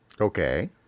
Okay